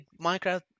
Minecraft